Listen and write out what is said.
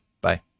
Bye